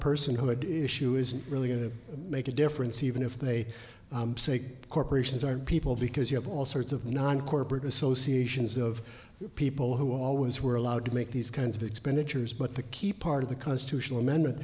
personhood issue isn't really going to make a difference even if they say corporations are people because you have all sorts of non corporate associations of people who always were allowed to make these kinds of expenditures but the key part of the constitutional amendment